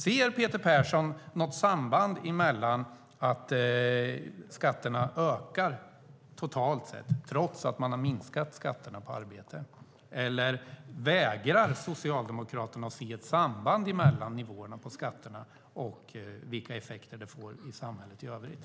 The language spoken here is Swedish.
Ser Peter Persson något samband mellan att skatterna ökar totalt sett trots att man har minskat skatterna på arbete, eller vägrar Socialdemokraterna att se ett samband mellan nivåerna på skatterna och vilka effekter det får i samhället i övrigt?